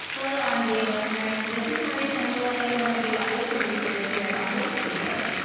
hello, on being listeners! this is marie sambilay, one of the audio producers here at on being studios.